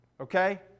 okay